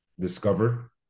discover